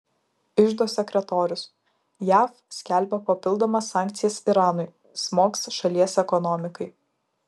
iždo sekretorius jav skelbia papildomas sankcijas iranui smogs šalies ekonomikai